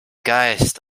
geist